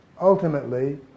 ultimately